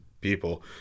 people